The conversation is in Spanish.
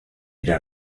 era